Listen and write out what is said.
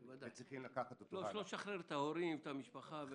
אל תשחרר את ההורים, את המשפחה.